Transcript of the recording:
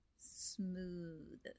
Smooth